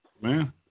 man